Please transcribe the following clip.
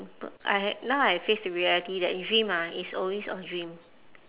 I had now I face the reality that dream ah is always a dream